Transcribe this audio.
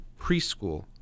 preschool